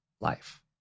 life